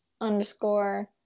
underscore